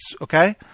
okay